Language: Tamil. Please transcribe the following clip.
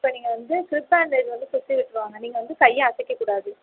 இப்போ நீங்கள் வந்து பேண்ட் வந்து சுத்தி விட்டுருவாங்க நீங்கள் வந்து கையை அசைக்க கூடாது